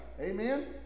Amen